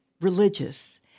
religious